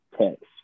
text